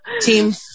Team